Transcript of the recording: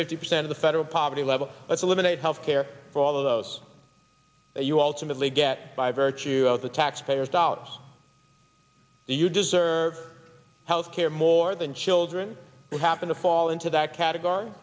fifty percent of the federal poverty level let's eliminate health care for all those that you alternately get by virtue of the taxpayers dollars do you deserve health care more than children who happen to fall into that category